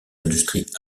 industries